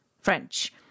French